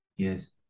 Yes